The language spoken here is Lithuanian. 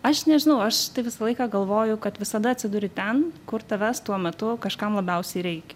aš nežinau aš tai visą laiką galvoju kad visada atsiduri ten kur tavęs tuo metu kažkam labiausiai reik